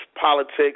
politics